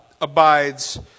abides